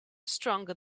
stronger